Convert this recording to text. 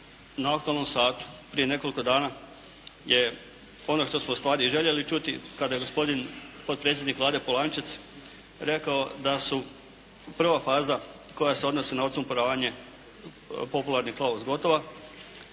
na aktualnom satu prije nekoliko dana je ono što smo ustvari i željeli čuti, kada je gospodin potpredsjednik Vlade Polančec rekao da su prva faza koja se odnosi na odsumporavanje popularni "Klaus" gotova,